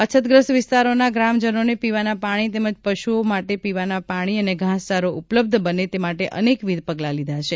અછતગ્રસ્ત વિસ્તારોના ગ્રામજનોને પીવાના પાણી તેમજ પશુઓ માટે પીવાના પાણી અને ઘાસચારો ઉપલબ્ધ બને તે માટે અનેકવિધ પગલા લીધા છે